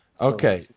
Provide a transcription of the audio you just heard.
Okay